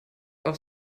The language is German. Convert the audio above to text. auf